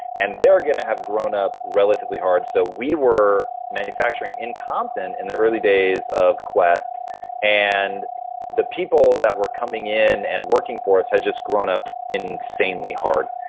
and they're gonna have grown up relatively hard. so we were manufacturing in compton in the early days of quest and the people that were coming in and working for us had just grown up insanely hard.